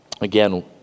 again